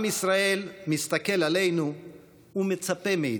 עם ישראל מסתכל עלינו ומצפה מאיתנו.